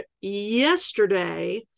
yesterday